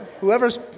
Whoever's